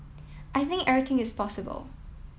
I think everything is possible